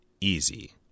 easy